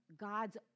God's